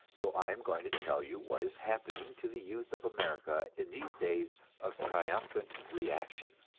so i am going to tell you what is happening to the youth of america in these days of triumphant reaction.